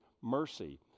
mercy